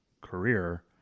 career